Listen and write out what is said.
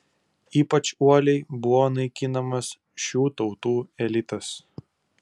ypač uoliai buvo naikinamas šių tautų elitas